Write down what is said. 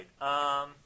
right